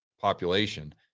population